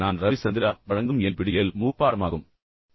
நான் ரவிசந்திரா உங்களுக்கு இந்த பாடத்திட்டத்தை வழங்குகிறேன்